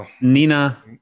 Nina